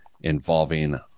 involving